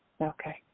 Okay